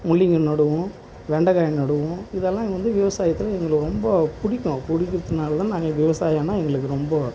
முள்ளங்கி நடுவோம் வெண்டக்காய் நடுவோம் இதெல்லாம் இங்கே வந்து விவசாயத்தில் எங்களுக்கு ரொம்ப பிடிக்கும் பிடிக்குறத்துனால தான் நாங்கள் விவசாயன்னால் எங்களுக்கு ரொம்ப